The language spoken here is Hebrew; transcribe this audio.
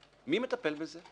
מי מטפל בזה?